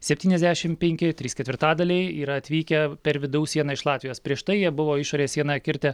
septyniasdešim penki trys ketvirtadaliai yra atvykę per vidaus sieną iš latvijos prieš tai jie buvo išorės sieną kirtę